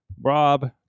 Rob